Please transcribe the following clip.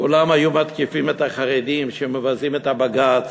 כולם היו מתקיפים את החרדים שמבזים את הבג"ץ